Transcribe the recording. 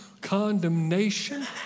condemnation